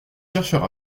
chercheur